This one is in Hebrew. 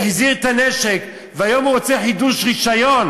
והחזיר את הנשק, והיום הוא רוצה חידוש רישיון,